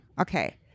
Okay